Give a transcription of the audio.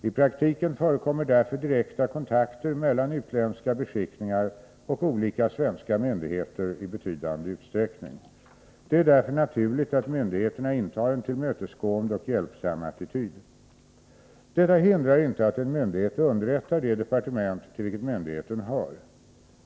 I praktiken förekommer därför direkta kontakter mellan utländska beskickningar och olika svenska myndigheter i betydande utsträckning. Det är därvid naturligt att myndigheterna intar en tillmötesgående och hjälpsam attityd. 79 Detta hindrar inte att en myndighet underrättar det departement till vilket myndigheten hör.